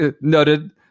noted